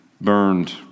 burned